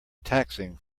taxing